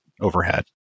overhead